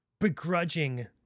begrudging